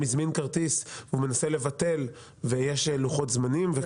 הזמין כרטיס והוא מנסה לבטל ויש לוחות זמנים,